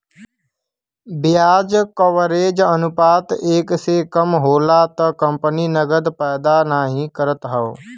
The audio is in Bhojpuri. ब्याज कवरेज अनुपात एक से कम होला त कंपनी नकदी पैदा नाहीं करत हौ